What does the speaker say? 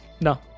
no